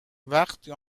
وقتی